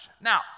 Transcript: Now